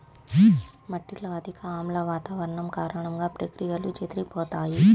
మట్టిలో అధిక ఆమ్ల వాతావరణం కారణంగా, ప్రక్రియలు చెదిరిపోతాయి